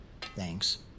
Thanks